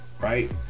Right